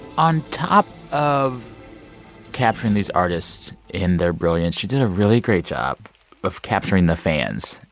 on top of capturing these artists in their brilliance, you did a really great job of capturing the fans.